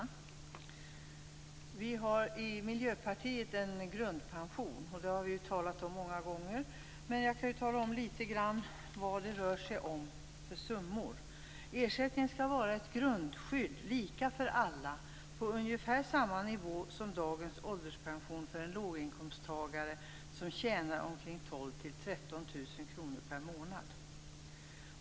Herr talman! Vi i Miljöpartiet föreslår en grundpension. Vi har talat om den många gånger, men jag kan nu säga något om vilka summor det rör sig om. Ersättningen skall vara ett grundskydd lika för alla på ungefär samma nivå som dagens ålderspension för en låginkomsttagare som tjänar 12 000-13 000 kr per månad.